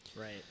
Right